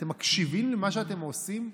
אתם מקשיבים למה שאתם עושים?